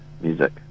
music